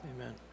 Amen